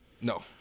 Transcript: no